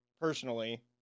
personally